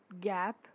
gap